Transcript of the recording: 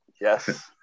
Yes